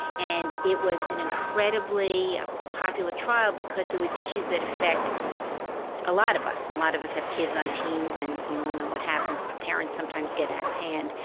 and it was an incredibly popular trial because there was issues that affect a lot of us. a lot of us have kids on teams and we all know what happens parents sometimes get out of hand,